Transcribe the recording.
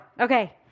Okay